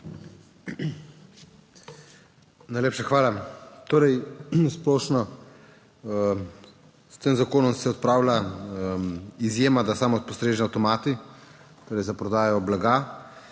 Najlepša hvala. Torej, splošno s tem zakonom se odpravlja izjema, da samo postreže avtomati, torej za prodajo blaga,